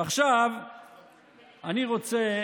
ועכשיו אני רוצה